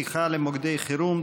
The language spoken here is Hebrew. שיחה למוקדי חירום),